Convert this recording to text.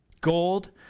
gold